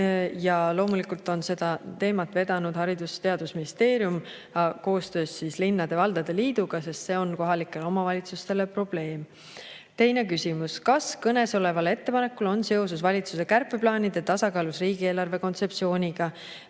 ja loomulikult on seda teemat vedanud Haridus- ja Teadusministeerium koostöös linnade ja valdade liiduga, sest see on kohalikele omavalitsustele probleem. Teine küsimus: "Kas kõnesoleval ettepanekul on seos valitsuse kärpeplaanide ja tasakaalus riigieelarve kontseptsiooniga?